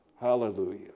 hallelujah